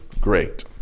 great